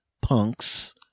punks